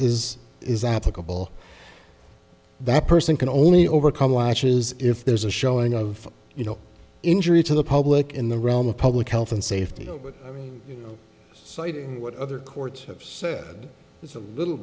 is is applicable that person can only overcome latches if there's a showing of you know injury to the public in the realm of public health and safety no but i mean citing what other courts have said it's a little